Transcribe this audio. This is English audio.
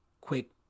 quick